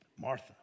Martha